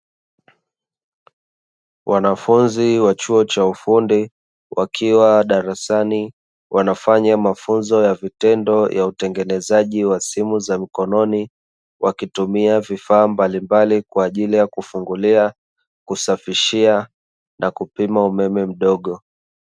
Wanafunzi wa chuo cha ufundi wakiwa darasani wanafanya mafunzo ya vitendo ya utengenezaji wa simu za mkononi wakitumia vifaa mbalimbali kwa ajili ya kufungulia, kusafishia, na kupima umeme mdogo.